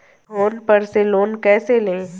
Phone पर से loan कैसे लें?